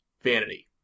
Vanity